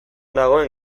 dagoen